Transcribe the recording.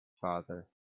father